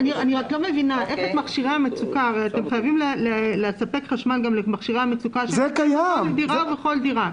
הרי אתם חייבים לספק חשמל גם למכשירי המצוקה בכל דירה.